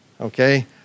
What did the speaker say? okay